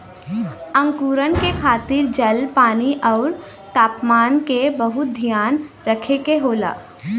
अंकुरण के खातिर जल, पानी आउर तापमान क बहुत ध्यान रखे के होला